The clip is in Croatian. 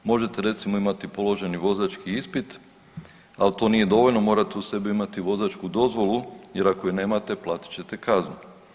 Možete recimo imati položeni vozački ispit, ali to nije dovoljno, morate uz sebe imati vozačku dozvolu jer ako je nemate platit ćete kaznu.